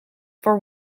for